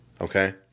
Okay